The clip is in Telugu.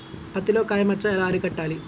పత్తిలో కాయ మచ్చ ఎలా అరికట్టాలి?